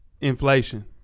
Inflation